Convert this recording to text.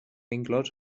inclòs